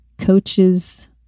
coaches